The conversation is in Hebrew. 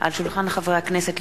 על שולחן הכנסת,